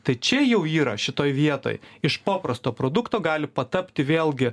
tai čia jau yra šitoj vietoj iš paprasto produkto gali patapti vėlgi